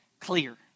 clear